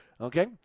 Okay